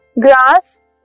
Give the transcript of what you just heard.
grass